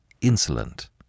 insolent